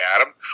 Adam